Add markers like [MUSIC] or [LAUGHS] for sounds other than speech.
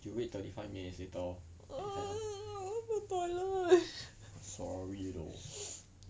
[NOISE] I want to go toilet [LAUGHS]